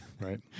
right